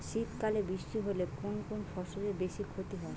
শীত কালে বৃষ্টি হলে কোন কোন ফসলের বেশি ক্ষতি হয়?